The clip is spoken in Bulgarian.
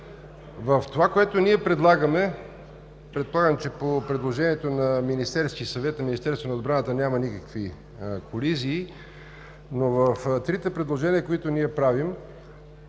В това, което ние предлагаме, предполагам, че предложението на Министерския съвет и Министерството на отбраната няма никакви колизии, но в трите предложения, които ние правим,